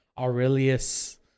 Aurelius